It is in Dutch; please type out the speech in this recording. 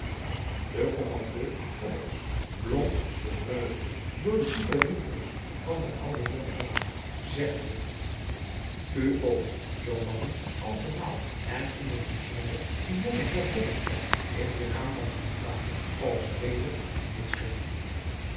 kommandeur fobberts blonk de vreugde door de diepe rimpels van den ouderdom henen zeggende u ook zoo mannen altemaal en in het bijzonder den jongen heer blommesteyn in den naam van zijn vader als reeder in dit schip